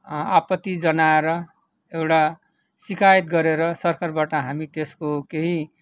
आपत्ति जनाएर एउटा शिकायत गरेर सरकारबाट हामी त्यसको केही